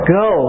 go